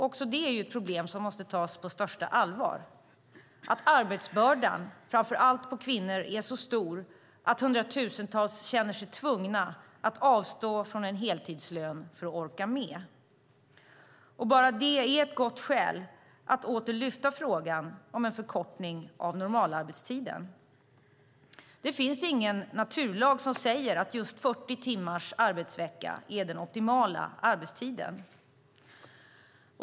Också detta är ett problem som måste tas på största allvar. Arbetsbördan, framför allt på kvinnor, är så stor att hundratusentals känner sig tvungna att avstå från en heltidslön för att orka med. Bara det är ett gott skäl att åter lyfta frågan om en förkortning av normalarbetstiden. Det finns ingen naturlag som säger att just 40 timmars arbetsvecka är den optimala arbetstiden.